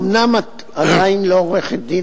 אומנם את עדיין לא עורכת-דין,